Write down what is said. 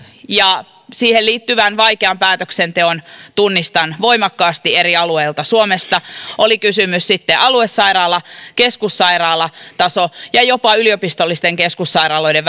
ja vaikean päätöksenteon tunnistan voimakkaasti eri alueilta suomesta oli kysymys sitten aluesairaala tai keskussairaalatason tai jopa yliopistollisten keskussairaaloiden